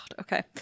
okay